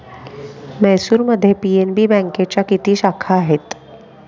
म्हैसूरमध्ये पी.एन.बी बँकेच्या किती शाखा आहेत?